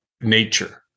nature